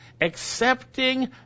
accepting